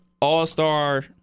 All-Star